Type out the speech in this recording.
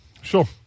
Sure